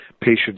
patients